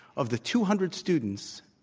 of the two hundred students,